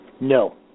No